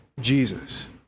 Jesus